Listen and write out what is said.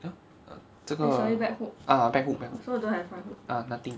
err 这个 ah back hook back hook ah nothing